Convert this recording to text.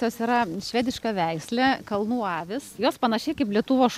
jos yra švediška veislė kalnų avys jos panašiai kaip lietuvos